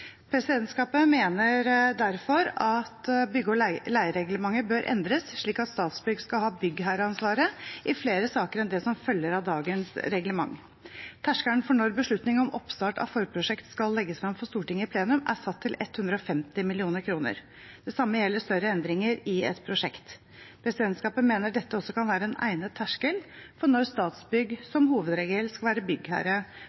Presidentskapet mener derfor at bygge- og leiereglementet bør endres, slik at Statsbygg skal ha byggherreansvaret i flere saker enn det som følger av dagens reglement. Terskelen for når beslutning om oppstart av forprosjekt skal legges frem for Stortinget, er satt til 150 mill. kr. Det samme gjelder større endringer i et prosjekt. Presidentskapet mener dette også kan være en egnet terskel for når Statsbygg